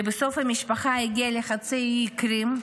לבסוף המשפחה הגיע לחצי האי קרים,